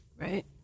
Right